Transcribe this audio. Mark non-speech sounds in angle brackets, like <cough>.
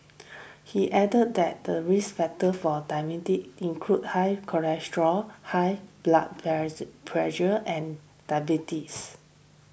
<noise> he added that the risk factors for <unintelligible> include high cholesterol high blood <unintelligible> pressure and diabetes